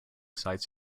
sites